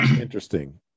Interesting